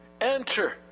enter